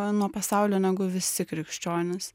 nuo pasaulio negu visi krikščionys